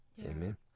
Amen